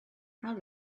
how